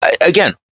again